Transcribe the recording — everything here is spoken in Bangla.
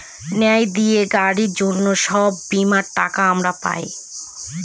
ন্যায় দিয়ে গাড়ির জন্য সব বীমার টাকা আমরা পাই